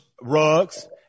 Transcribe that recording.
Rugs